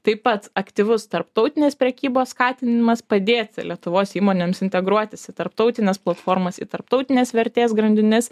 taip pat aktyvus tarptautinės prekybos skatinimas padėti lietuvos įmonėms integruotis į tarptautines platformas į tarptautines vertės grandines